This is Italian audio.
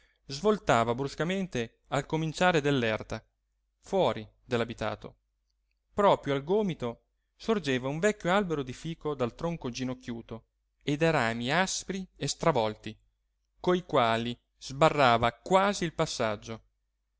svoltava bruscamente al cominciare dell'erta fuori dell'abitato proprio al gomito sorgeva un vecchio albero di fico dal tronco ginocchiuto e dai rami aspri e stravolti coi quali sbarrava quasi il passaggio